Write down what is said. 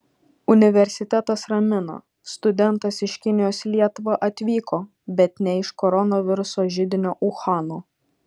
universitetas ramina studentas iš kinijos į lietuvą atvyko bet ne iš koronaviruso židinio uhano